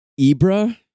Ibra